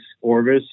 Orvis